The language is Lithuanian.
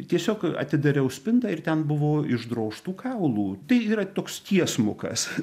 tiesiog atidariau spintą ir ten buvo išdrožtų kaulų tai yra toks tiesmukas